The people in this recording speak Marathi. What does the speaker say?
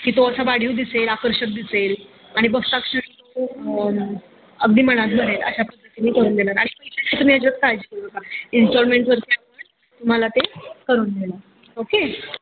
की तो असा वाढीव दिसेल आकर्षक दिसेल आणि बघता क्षणी तो अगदी मनात भरेल अशा पद्धतीने करून देणार आणि पैशाची तुम्ही अजिबात काळजी करू नका इंस्टॉलमेंटवर त्यावर तुम्हाला ते करून देणार ओके